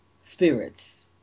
spirits